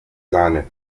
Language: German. sahne